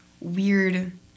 weird